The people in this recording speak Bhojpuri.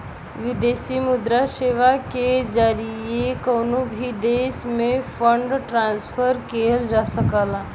विदेशी मुद्रा सेवा के जरिए कउनो भी देश में फंड ट्रांसफर किहल जा सकला